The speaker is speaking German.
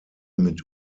mit